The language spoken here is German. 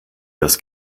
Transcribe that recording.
das